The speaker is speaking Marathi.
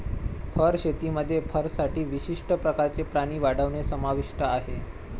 फर शेतीमध्ये फरसाठी विशिष्ट प्रकारचे प्राणी वाढवणे समाविष्ट आहे